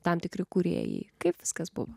tam tikri kūrėjai kaip viskas buvo